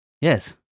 Yes